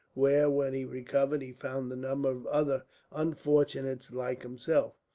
where, when he recovered, he found a number of other unfortunates like himself.